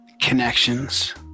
connections